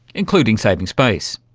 including saving space.